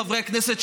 חברי הכנסת,